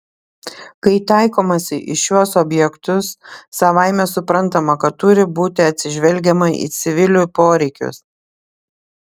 kai taikomasi į šiuos objektus savaime suprantama kad turi būti atsižvelgiama į civilių poreikius